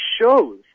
shows